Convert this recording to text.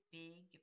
big